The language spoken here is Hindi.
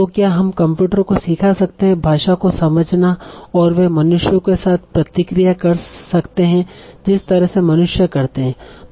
तो क्या हम कंप्यूटर को सिखा सकते हैं भाषा को समझना और वे मनुष्यों के साथ प्रतिक्रिया कर सकते हैं जिस तरह से मनुष्य करते हैं